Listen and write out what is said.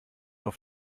auf